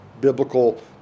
biblical